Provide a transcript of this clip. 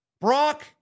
Brock